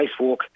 Spacewalk